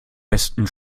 besten